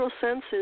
senses